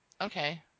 Okay